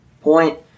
point